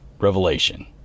revelation